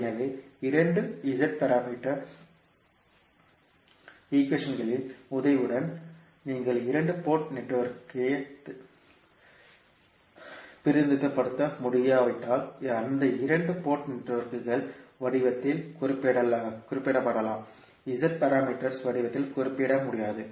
எனவே இந்த இரண்டு Z பாராமீட்டர் ஈக்வேஷன்களின் உதவியுடன் நீங்கள் இரண்டு போர்ட் நெட்வொர்க்கை பிரதிநிதித்துவப்படுத்த முடியாவிட்டால் அந்த இரண்டு போர்ட் நெட்வொர்க்குகள் வடிவத்தில் குறிப்பிடப்படலாம் Z பாராமீட்டர் வடிவில் குறிப்பிட முடியாது